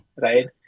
right